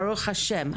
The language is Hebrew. ברוך השם.